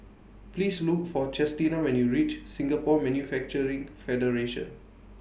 Please Look For Chestina when YOU REACH Singapore Manufacturing Federation